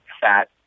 fat